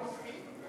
הכול ספין?